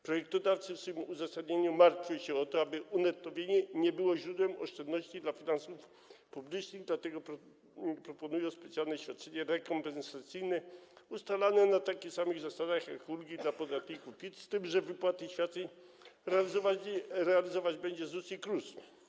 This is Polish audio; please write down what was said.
Projektodawcy w swym uzasadnieniu martwią się o to, aby unettowienie nie było źródłem oszczędności dla finansów publicznych, dlatego proponują specjalne świadczenie rekompensacyjne ustalane na takich samych zasadach jak ulgi dla podatników PIT, z tym że wypłaty świadczeń realizować będą ZUS i KRUS.